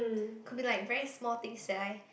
could be like very small things eh like